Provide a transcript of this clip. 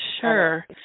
sure